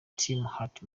heart